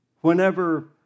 whenever